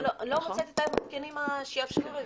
אני לא מוצאת את המתקנים שיאפשרו את זה.